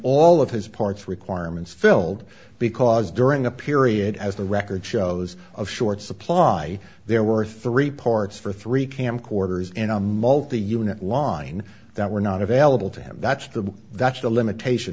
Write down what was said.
all of his parts requirements filled because during a period as the record shows of short supply there were three parts for three camcorders in a multi unit line that were not available to him that's the that's the limitation